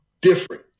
different